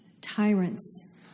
tyrants